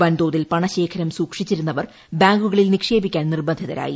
വൻതോതിൽ പണശേഖരം സൂക്ഷിച്ചിരുന്നവർ ബാങ്കുകളിൽ നിക്ഷേപിക്കാൻ നിർബന്ധിതരായി